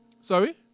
Sorry